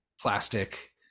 plastic